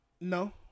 No